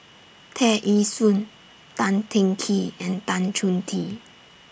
Tear Ee Soon Tan Teng Kee and Tan Chong Tee